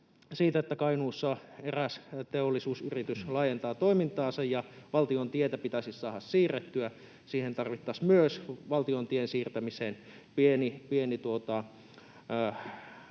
että Kainuussa eräs teollisuusyritys laajentaa toimintaansa ja valtion tietä pitäisi saada siirrettyä. Siihen valtion tien siirtämiseen